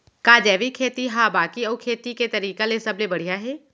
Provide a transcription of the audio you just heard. का जैविक खेती हा बाकी अऊ खेती के तरीका ले सबले बढ़िया हे?